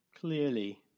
clearly